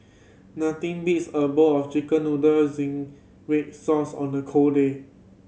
nothing beats a bowl of Chicken Noodle zingy red sauce on a cold day